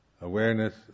Awareness